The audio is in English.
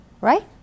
right